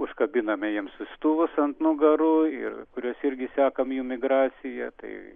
užkabiname jiems siųstuvus ant nugarų ir kuriuos irgi sekam jų migraciją tai